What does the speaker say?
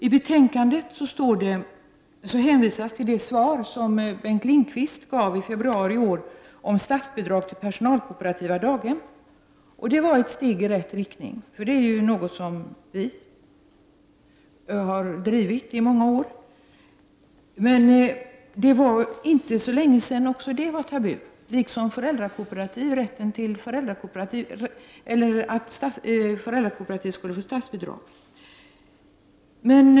I betänkandet hänvisas till det svar som Bengt Lindqvist gav i februari i år om statsbidrag till personalkooperativa daghem, och det var ett steg i rätt riktning — det är ett krav som vi i centerpartiet har drivit i många år. Men det var inte så länge sedan som också det var tabu, liksom att föräldrakooperativ skulle få statsbidrag.